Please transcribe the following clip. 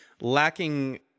lacking